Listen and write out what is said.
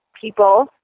people